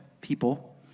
people